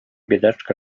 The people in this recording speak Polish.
biedaczka